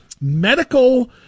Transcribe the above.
medical